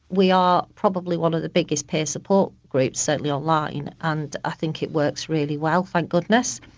we are probably one of the biggest peer support groups, certainly online, and i think it works really well, thank goodness.